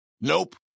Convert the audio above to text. Nope